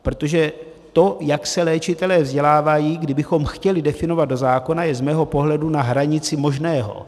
Protože to, jak se léčitelé vzdělávají, kdybychom chtěli definovat do zákona, je z mého pohledu na hranici možného.